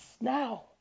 now